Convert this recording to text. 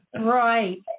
Right